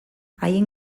haien